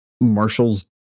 marshals